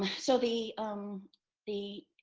um so the um the